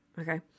Okay